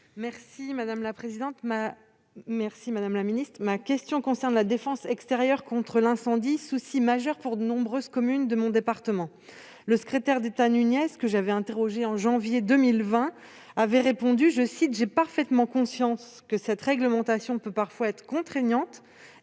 le ministre de l'intérieur. Madame la ministre, ma question concerne la défense extérieure contre l'incendie, souci majeur pour de nombreuses communes de mon département. Le secrétaire d'État Laurent Nunez, que j'avais interrogé en janvier 2020, avait répondu :« J'ai parfaitement conscience que cette réglementation [...] peut parfois être contraignante [